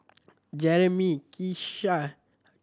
Jeremy Keshia